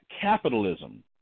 capitalism